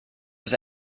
his